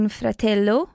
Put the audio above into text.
fratello